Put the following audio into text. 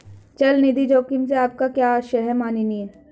चल निधि जोखिम से आपका क्या आशय है, माननीय?